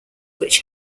which